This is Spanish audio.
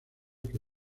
que